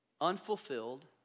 unfulfilled